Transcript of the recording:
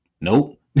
nope